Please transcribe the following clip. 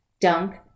Dunk